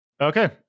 Okay